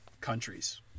countries